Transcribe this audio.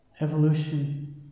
Evolution